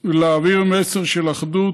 ולהעביר מסר של אחדות,